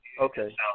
Okay